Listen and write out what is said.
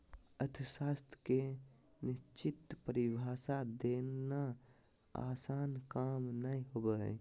अर्थशास्त्र के निश्चित परिभाषा देना आसन काम नय होबो हइ